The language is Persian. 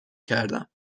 کردم